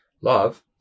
Love